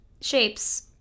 shapes